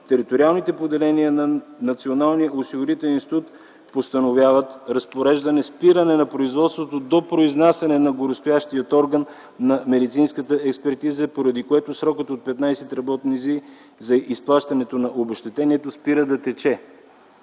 териториалните поделение на Националния осигурителен институт постановяват разпореждане – спиране на производството до произнасяне на горестоящия орган на медицинската експертиза, поради което срокът от 15 работни дни за изплащането на обезщетението спира да тече.